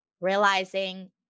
realizing